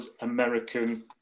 American